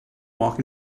walk